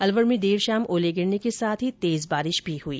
अलवर में देर शाम ओले गिरने के साथ तेज बारिश भी हुई